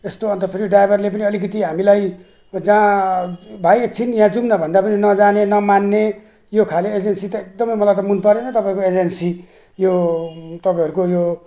यस्तो अन्त फेरि ड्राइभरले पनि अलिकति हामीलाई जहाँ भाइ एकछिन यहाँ जाऊ न भन्दा पनि नजाने नमान्ने यो खाले एजेन्सी त एकदमै मलाई मनपरेन तपाईँको एजेन्सी यो तपाईँहरूको यो